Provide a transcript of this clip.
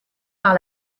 par